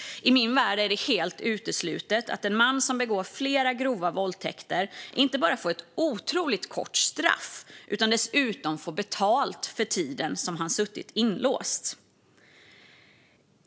I min värld är det helt uteslutet att en man som begår flera grova våldtäkter inte bara får ett otroligt kort straff utan dessutom får betalt för den tid som han suttit inlåst.